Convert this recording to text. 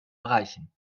erreichen